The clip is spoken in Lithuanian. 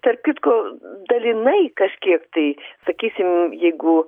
tarp kitko dalinai kažkiek tai sakysim jeigu